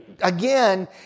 again